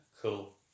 Cool